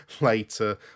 later